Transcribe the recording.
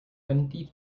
twenty